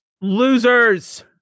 Losers